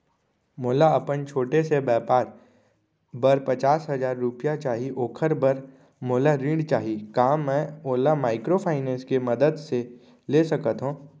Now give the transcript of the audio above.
मोला अपन छोटे से व्यापार बर पचास हजार रुपिया चाही ओखर बर मोला ऋण चाही का मैं ओला माइक्रोफाइनेंस के मदद से ले सकत हो?